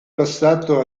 passato